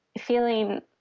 feeling